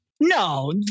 No